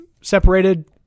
separated